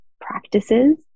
practices